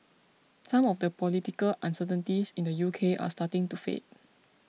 some of the political uncertainties in the U K are starting to fade